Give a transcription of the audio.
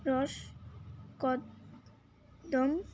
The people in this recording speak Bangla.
রসকদম্ব